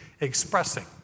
expressing